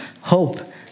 hope